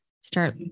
start